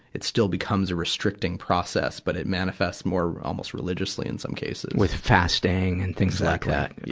it still becomes a restricting process, but it manifests more almost religiously, in some cases. with fasting and things like that.